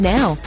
Now